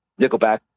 Nickelback